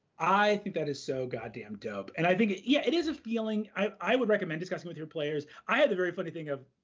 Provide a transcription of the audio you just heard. i think that is so god damn dope, and i think, yeah, it is a feeling. i would recommend discussing with your players. players. i had the very funny thing of